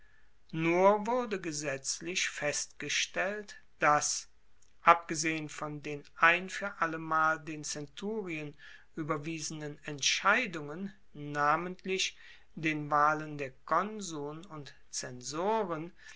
nur wurde gesetzlich festgestellt dass abgesehen von den ein fuer allemal den zenturien ueberwiesenen entscheidungen namentlich den wahlen der konsuln und zensoren